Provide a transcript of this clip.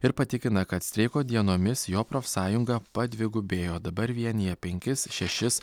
ir patikina kad streiko dienomis jo profsąjunga padvigubėjo dabar vienija penkis šešis